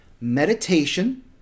Meditation